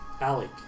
Alec